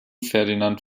ferdinand